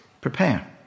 Prepare